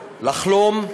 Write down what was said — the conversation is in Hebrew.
לחלום,